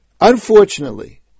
unfortunately